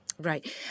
Right